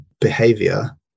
behavior